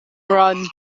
run